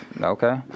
okay